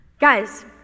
Guys